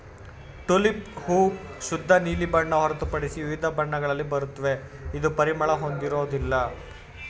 tulip ಹೂ ಶುದ್ಧ ನೀಲಿ ಬಣ್ಣ ಹೊರತುಪಡಿಸಿ ವಿವಿಧ ಬಣ್ಣಗಳಲ್ಲಿ ಬರುತ್ವೆ ಇದು ಪರಿಮಳ ಹೊಂದಿರೋದಿಲ್ಲ